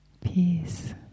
peace